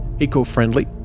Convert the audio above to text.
eco-friendly